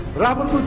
rehbar.